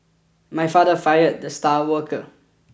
my father fired the star worker